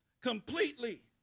completely